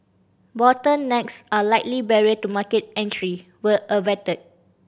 bottlenecks a likely barrier to market entry were averted